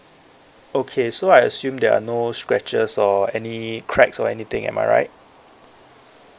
okay so I assume there are no scratches or any cracks or anything am I right